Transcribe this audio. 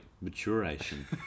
maturation